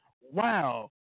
wow